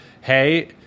hey